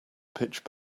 pitch